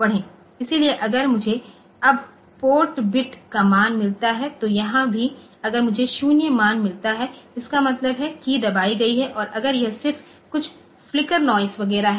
इसलिए अगर मुझे अब पोर्ट बिट का मान मिलता है तो यहां भी अगर मुझे 0 मान मिलता है इसका मतलब है कीय दबाई गई है और अगर यह सिर्फ कुछ फ्लिकर नॉइज़ वगैरह है